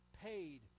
paid